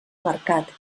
mercat